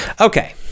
okay